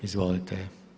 Izvolite.